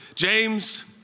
James